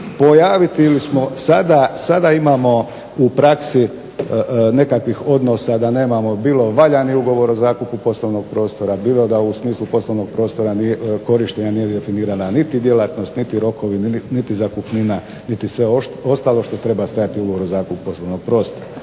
pojaviti ili sada imamo u praksi nekakvih odnosa da nemamo bilo valjani ugovor o zakupu poslovnog prostora, bilo da u smislu poslovnog prostora korištenja nije definira niti djelatnost, niti rokovi, niti zakupnina, niti sve ostalo što treba stajati u ugovoru o zakupu poslovnog prostora,